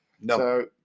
no